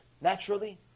naturally